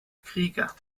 krieger